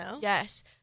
Yes